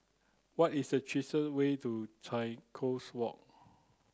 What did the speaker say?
what is the cheapest way to Changi Coast Walk